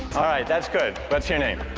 alright that's good, what's your name?